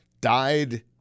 died